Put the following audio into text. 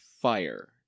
fire